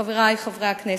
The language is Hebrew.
חברי חברי הכנסת,